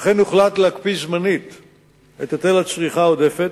אכן הוחלט להקפיא זמנית את היטל הצריכה העודפת,